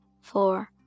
four